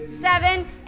seven